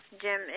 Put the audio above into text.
Jim